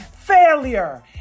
Failure